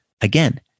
Again